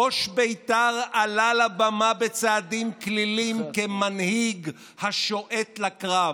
ראש בית"ר עלה לבמה בצעדים קלילים כמנהיג השועט לקרב.